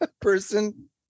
person